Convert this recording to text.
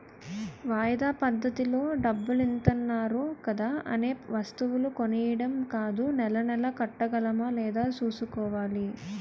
వాయిదా పద్దతిలో డబ్బులిత్తన్నారు కదా అనే వస్తువులు కొనీడం కాదూ నెలా నెలా కట్టగలమా లేదా సూసుకోవాలి